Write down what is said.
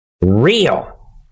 Real